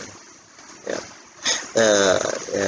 ya err ya